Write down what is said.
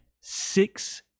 six